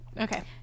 Okay